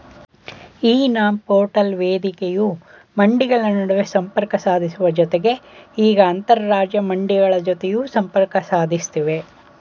E NAM portal ವೇದಿಕೆಯು ಮಂಡಿಗಳ ನಡುವೆ ಸಂಪರ್ಕ ಸಾಧಿಸುವ ಜತೆಗೆ ಈಗ ಅಂತರರಾಜ್ಯ ಮಂಡಿಗಳ ಜತೆಯೂ ಸಂಪರ್ಕ ಸಾಧಿಸ್ತಿವೆ